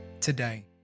today